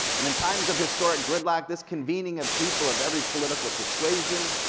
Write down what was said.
and in times of historic gridlock, this convening of people of every political persuasion,